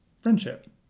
friendship